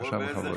תודה רבה.